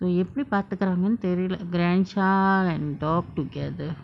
எப்புடி பாத்துகுராங்கனு தெரில்ல:eppudi pathukuranganu therilla grandchild and dog together